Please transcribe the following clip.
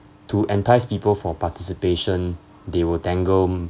to entice people for participation they will dangle